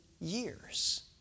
years